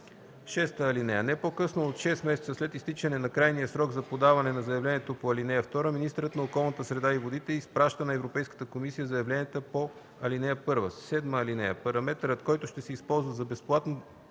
процент. (6) Не по-късно от 6 месеца след изтичане на крайния срок за подаване на заявлението по ал. 2 министърът на околната среда и водите изпраща на Европейската комисия заявленията по ал. 1. (7) Параметърът, който ще се използва за безплатното